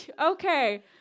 okay